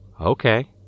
okay